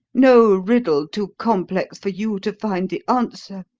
no riddle too complex for you to find the answer!